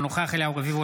אינו נוכח אליהו רביבו,